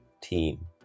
team